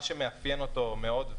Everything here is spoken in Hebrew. מה שמאפיין אותו מאוד,